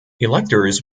electors